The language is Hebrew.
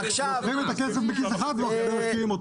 --- לוקחים את הכסף מכיס אחד ומעבירים לכיס אחר,